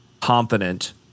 confident